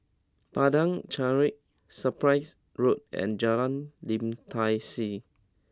Padang Chancery Cyprus Road and Jalan Lim Tai See